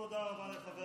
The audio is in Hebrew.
תודה רבה לחבר